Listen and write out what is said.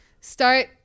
Start